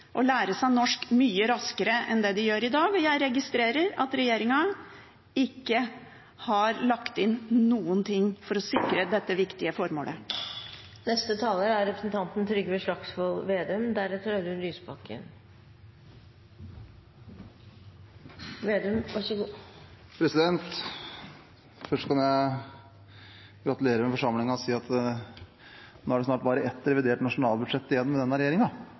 å lære seg norsk mye raskere enn det de gjør i dag. Jeg registrerer at regjeringen ikke har lagt inn noen ting for å sikre dette viktige formålet. Først vil jeg gratulere forsamlingen og si at nå er det snart bare ett revidert nasjonalbudsjett igjen fra denne